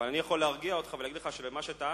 אבל אני יכול להרגיע אותך ולהגיד לך שבמה שטענת,